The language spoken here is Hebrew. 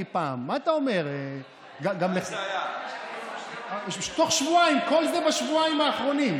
לדרוך על האוכלוסייה הזאת בשביל עוד